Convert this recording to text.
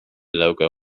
logo